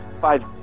five